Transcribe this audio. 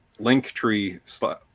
linktree